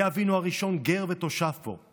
היה אבינו הראשון גר ותושב פה.